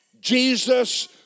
Jesus